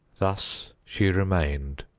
thus she remained,